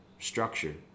structured